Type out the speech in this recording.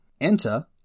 Enter